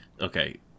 okay